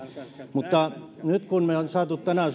mutta nyt me olemme saaneet tänään